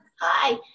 Hi